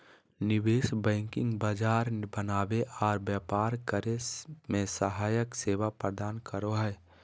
निवेश बैंकिंग बाजार बनावे आर व्यापार करे मे सहायक सेवा प्रदान करो हय